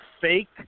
fake